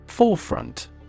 Forefront